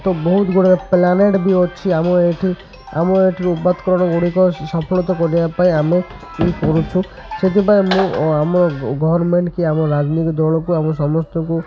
ତ ବହୁତ ଗୁଡ଼ାଏ ପ୍ଳାଣ୍ଟ୍ ବି ଅଛି ଆମ ଏଇଠି ଆମ ଏଇଠି ଉପବାଦକରଣ ଗୁଡ଼ିକ ସଫଳତ କରିବା ପାଇଁ ଆମେ ଇ କରୁଛୁ ସେଥିପାଇଁ ମୁଁ ଆମ ଗଭର୍ଣ୍ଣର୍ମେଣ୍ଟ୍ କି ଆମ ରାଜନୀତି ଦଳକୁ ଆମ ସମସ୍ତଙ୍କୁ